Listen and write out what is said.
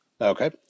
Okay